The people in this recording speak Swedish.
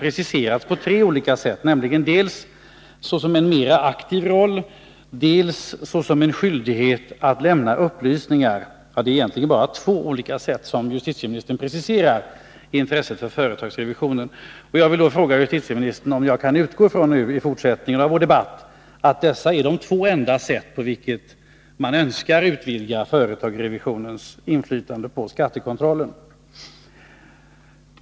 Han talar dels om att ge revisorerna en mera aktiv roll, dels om en skyldighet att lämna upplysningar till taxeringsmyndigheterna. Jag vill fråga justitieministern om jag i fortsättningen av vår debatt kan utgå från att dessa två sätt är de enda sätt på vilka man önskar utvidga företagsrevisionens inflytande på skattekontrollen.